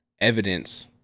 evidence